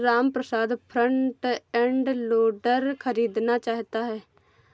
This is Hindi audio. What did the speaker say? रामप्रसाद फ्रंट एंड लोडर खरीदना चाहता है